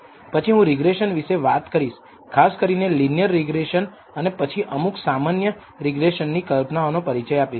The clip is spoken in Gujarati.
પછી હું રિગ્રેસન વિશે વાત કરીશ ખાસ કરીને રેખીય રીગ્રેસન અને પછી અમુક સામાન્ય રીગ્રેસનની કલ્પનાઓનો પરિચય આપીશ